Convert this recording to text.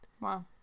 Wow